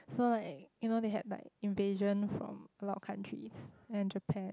so like you know they had like invasion from a lot of countries and Japan